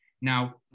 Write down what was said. Now